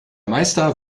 meister